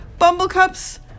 Bumblecup's